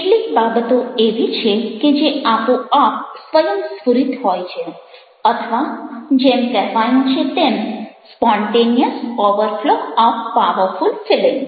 કેટલીક બાબતો એવી છે કે જે આપોઆપ સ્વયંસ્ફુરિત હોય છે અથવા જેમ કહેવાયું છે spontaneous overflow of powerful feelings